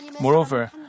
Moreover